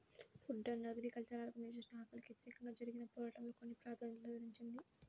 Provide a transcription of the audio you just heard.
food and agriculture organisation ఆకలికి వ్యతిరేకంగా జరిగిన పోరాటంలో కొన్ని ప్రాధాన్యతలను వివరించింది